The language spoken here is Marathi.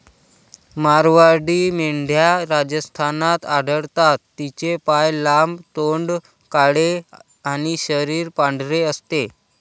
मारवाडी मेंढ्या राजस्थानात आढळतात, तिचे पाय लांब, तोंड काळे आणि शरीर पांढरे असते